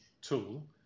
tool